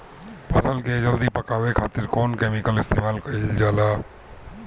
फल के जल्दी पकावे खातिर कौन केमिकल इस्तेमाल कईल जाला?